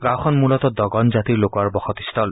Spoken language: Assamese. গাঁওখন মূলতঃ দগন জাতিৰ লোকৰ বসতিস্থল